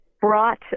brought